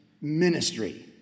Ministry